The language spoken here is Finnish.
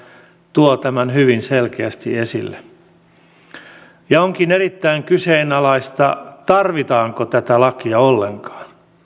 tuo tämän hyvin selkeästi esille onkin erittäin kyseenalaista tarvitaanko tätä lakia ollenkaan